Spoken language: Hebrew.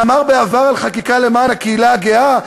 שאמר בעבר על חקיקה למען הקהילה הגאה,